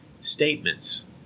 statements